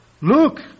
Look